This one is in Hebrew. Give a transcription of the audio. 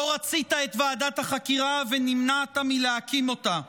לא רצית את ועדת החקירה ונמנעת מלהקים אותה,